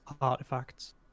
artifacts